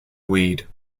weed